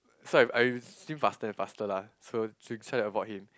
so I I swim faster and faster lah so try try to avoid him